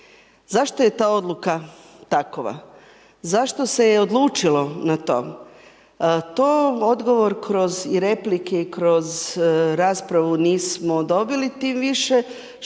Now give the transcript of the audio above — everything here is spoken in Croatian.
Zašto je ta odluka takva? Zašto se je odlučilo na to? To odgovor kroz i replike i kroz raspravu nismo dobili, tim više